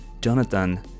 Jonathan